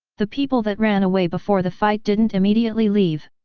the people that ran away before the fight didn't immediately leave.